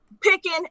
picking